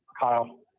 Kyle